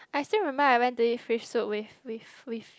I still remember I went to eat fish soup with with with